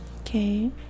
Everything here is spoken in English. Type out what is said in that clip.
Okay